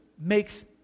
makes